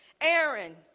Aaron